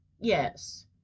yes